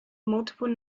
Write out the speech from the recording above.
multiple